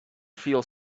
feel